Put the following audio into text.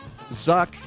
Zuck